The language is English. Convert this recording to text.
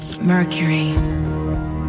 Mercury